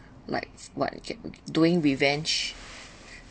like what you doing revenge